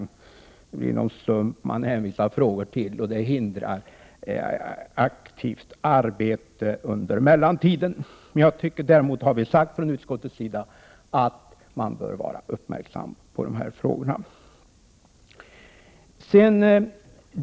Det blir en sump som man hänvisar frågor till, och det hindrar aktivt arbete under mellantiden. Däremot har vi från utskottets sida sagt att man bör vara uppmärksam på de här frågorna.